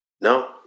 No